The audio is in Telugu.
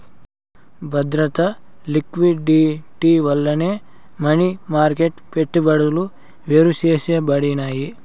బద్రత, లిక్విడిటీ వల్లనే మనీ మార్కెట్ పెట్టుబడులు వేరుసేయబడినాయి